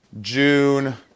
June